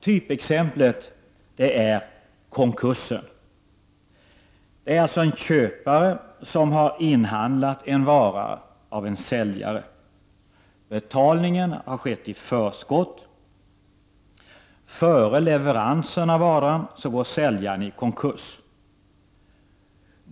Typexemplet är konkursen. En köpare har inhandlat en vara av en säljare. Betalningen har skett i förskott. Före leveransen av varan går säljaren i konkurs.